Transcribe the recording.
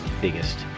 biggest